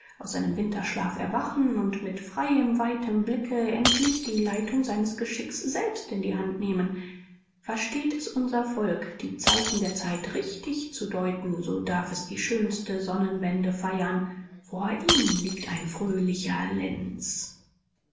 aus seinem winterschlaf erwachen und mit freiem weitem blicke endlich die leitung seines geschicks selbst in die hand nehmen versteht es unser volk die zeichen der zeit richtig zu deuten so darf es die schönste sonnenwende feiern vor ihm liegt ein fröhlicher lenz